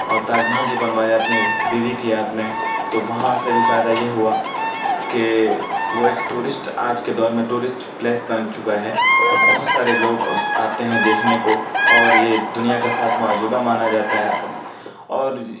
اور تاج محل جو بنوایا اپنی بیوی کی یاد میں تو وہاں سے بھی فائدہ یہ ہُوا کہ وہ ایک ٹورسٹ آج کے دور میں ٹورسٹ پلیس بن چُکا ہے اور بہت سارے لوگ اُس آتے ہیں دیکھنے کو اور یہ دنیا کا ساتواں عجوبہ مانا جاتا ہے اور